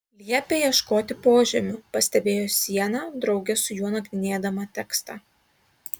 liepia ieškoti požemių pastebėjo siena drauge su juo nagrinėdama tekstą